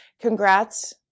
congrats